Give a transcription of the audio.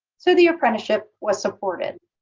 so the apprenticeship was supported.